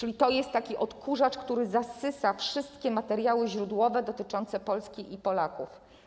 A więc to jest taki odkurzacz, który zasysa wszystkie materiały źródłowe dotyczące Polski i Polaków.